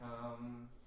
come